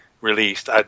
released